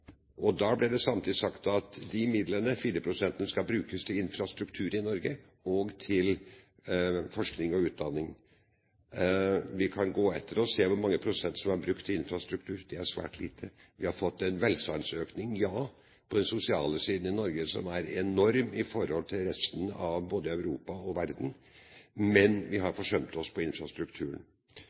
handlingsregelen. Da ble det samtidig sagt at de midlene, de fire prosentene, skal brukes til infrastruktur i Norge og til forskning og utdanning. Vi kan gå etter og se hvor mange prosent som er brukt til infrastruktur. Det er svært lite. Vi har fått en velstandsøkning, ja, på den sosiale siden i Norge, som er enorm i forhold til resten av både Europa og verden, men vi har forsømt oss på infrastrukturen.